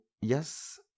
yes